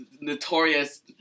notorious